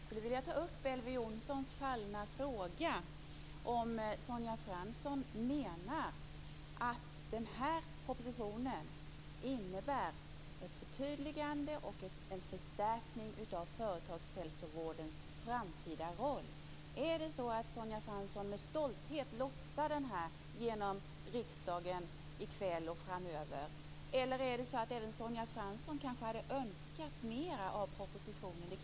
Herr talman! Jag skulle vilja ta upp Elver Jonssons fallna fråga om Sonja Fransson menar att den här propositionen innebär ett förtydligande och en förstärkning av företagshälsovårdens framtida roll. Är det så att Sonja Fransson med stolthet lotsar detta genom riksdagen i kväll och framöver, eller är det så att även Sonja Fransson kanske hade önskat mer av propositionen?